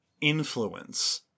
influence